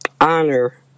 honor